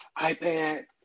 iPad